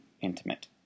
intimate